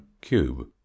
cube